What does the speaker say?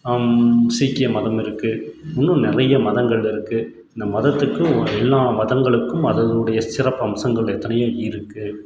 சீக்கிய மதம்னு இருக்குது இன்னும் நிறைய மதங்கள் இருக்குது இந்த மதத்துக்கு ஒரு எல்லா மதங்களுக்கும் அதனுடைய சிறப்பம்சங்கள் எத்தனையோ இருக்குது